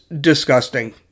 disgusting